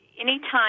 anytime